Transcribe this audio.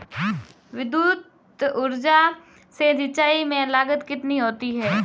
विद्युत ऊर्जा से सिंचाई में लागत कितनी होती है?